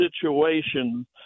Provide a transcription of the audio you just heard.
situations